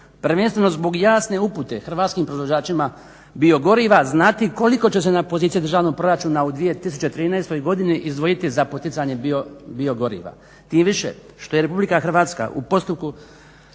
prvenstveno zbog jasne upute Hrvatskim proizvođačima biogoriva znati koliko će se na pozicije državnog proračuna u 2013. godini izdvojiti za poticanje biogoriva. Tim više što je Republika Hrvatska u postupku